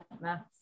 maths